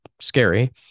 scary